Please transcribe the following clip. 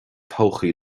todhchaí